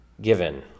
given